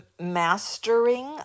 Mastering